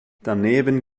daneben